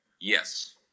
Yes